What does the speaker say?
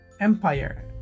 Empire